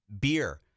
beer